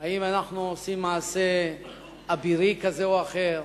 אם אנו עושים מעשה אבירי כזה או אחר,